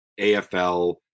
AFL